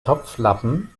topflappen